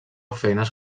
feines